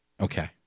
Okay